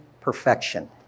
perfection